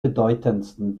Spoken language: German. bedeutendsten